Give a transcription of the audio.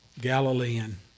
Galilean